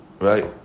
right